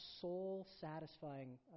soul-satisfying